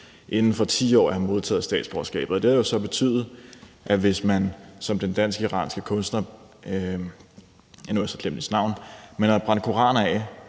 inden for 10 år efter at have modtaget statsborgerskabet. Det havde jo så betydet, at hvis man som den dansk-iranske kunstner – nu har jeg